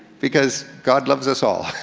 because god loves us all.